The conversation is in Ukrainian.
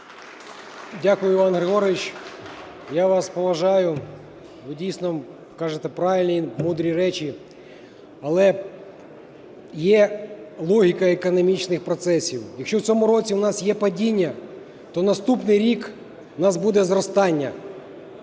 Дякую, Іван Григорович. Я вас поважаю, ви дійсно кажете правильні і мудрі речі. Але є логіка економічних процесів. Якщо в цьому році у нас є падіння, то в наступному році у нас буде зростання.